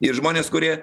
ir žmonės kurie